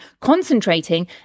concentrating